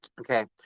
okay